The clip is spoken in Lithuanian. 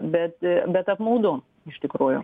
bet bet apmaudu iš tikrųjų